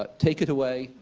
ah take it away!